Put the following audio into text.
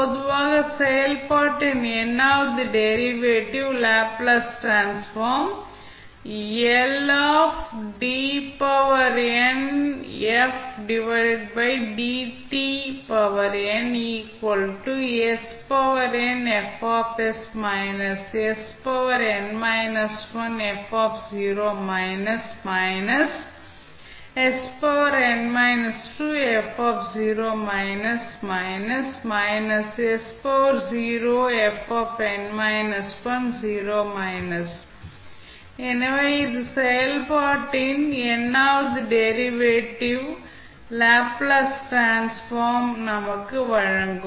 பொதுவாக செயல்பாட்டின் n வது டெரிவேட்டிவ் ன் லேப்ளேஸ் டிரான்ஸ்ஃபார்ம் எனவே இது செயல்பாட்டின் n வது டெரிவேட்டிவ் ன் லேப்ளேஸ் டிரான்ஸ்ஃபார்ம் நமக்கு வழங்கும்